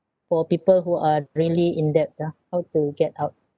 for people who are really in debt ah how to get out